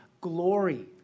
glory